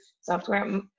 software